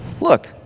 look